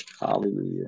Hallelujah